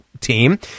team